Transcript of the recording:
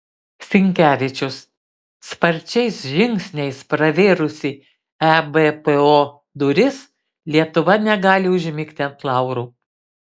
sinkevičius sparčiais žingsniais pravėrusi ebpo duris lietuva negali užmigti ant laurų